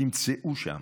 תמצאו שם